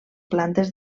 plantes